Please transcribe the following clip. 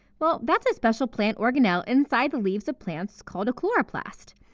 well, that's a special plant organelle inside the leaves of plants called a chloroplast.